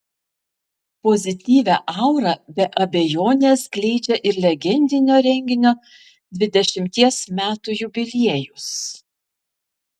pozityvią aurą be abejonės skleidžia ir legendinio renginio dvidešimties metų jubiliejus